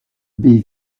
baie